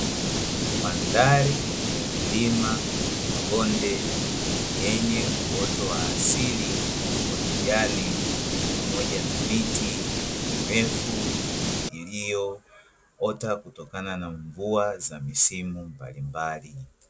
Mandhari ya milima na mabonde yenye uoto wa asili wa kijani pamoja na miti mirefu iliyoota kutokana na mvua za misimu mbalimbali.